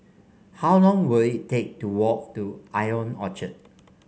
how long will it take to walk to Ion Orchard